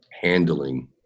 handling